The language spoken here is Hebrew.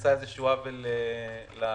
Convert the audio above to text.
נעשה איזשהו עוול לצפון.